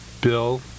Bill